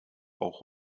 auch